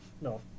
No